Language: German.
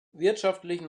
wirtschaftlichen